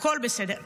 הכול בסדר.